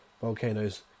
volcanoes